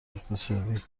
اقتصادی